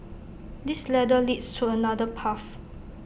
this ladder leads to another path